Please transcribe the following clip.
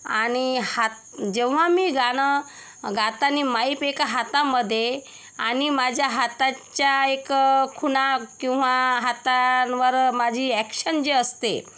आणि हात जेव्हा मी गाणं गातानी माईप एका हातामधे आणि माझ्या हाताच्या एक खुणा किंवा हातांवर माझी अॅक्शन जी असते